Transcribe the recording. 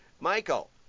Michael